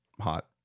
hot